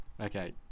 okay